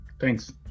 thanks